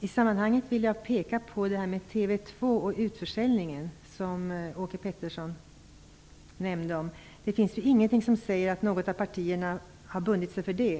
Jag vill i sammanhanget beröra frågan om utförsäljningen av TV 2, som Åke Gustavsson nämnde. Det finns inget som säger att något av partierna har bundit sig för det.